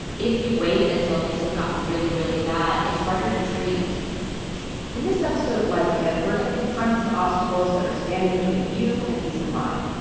if you wait until things have gotten really, really bad, it's harder to treat in this episode of life kit, we're going to confront some obstacles that are standing between you and peace of mind.